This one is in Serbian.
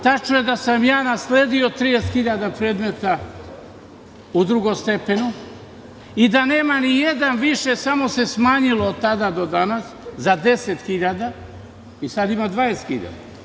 Tačno je da sam ja nasledio 30 hiljada predmeta u drugom stepenu i da nema ni jedan više samo se smanjilo od tada do danas za 10 hiljada, i sada ima 20 hiljada.